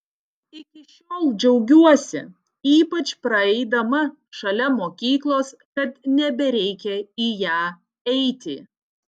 iki šiol džiaugiuosi ypač praeidama šalia mokyklos kad nebereikia į ją eiti